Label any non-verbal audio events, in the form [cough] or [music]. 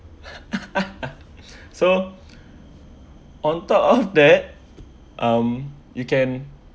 [laughs] so on top of that um you can